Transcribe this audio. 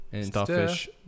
starfish